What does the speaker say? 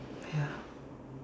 ah ya